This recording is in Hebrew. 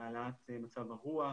זה עוזר להעלאת מצב הרוח,